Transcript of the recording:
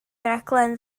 raglen